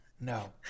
No